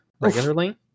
regularly